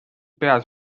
peas